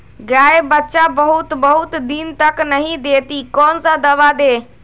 गाय बच्चा बहुत बहुत दिन तक नहीं देती कौन सा दवा दे?